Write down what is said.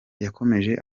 yakomeje